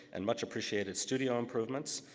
and much-appreciated studio improvements.